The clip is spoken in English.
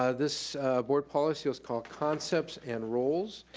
ah this board policy is called concepts and roles.